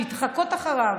ולהתחקות אחריו?